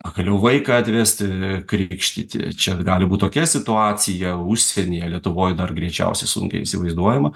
pagaliau vaiką atvesti krikštyti čia gali būt tokia situacija užsienyje lietuvoj dar greičiausiai sunkiai įsivaizduojama